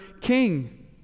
king